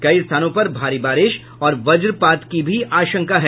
कई स्थानों पर भारी बारिश और वजपात की भी आशंका है